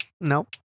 Nope